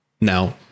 Now